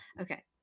Okay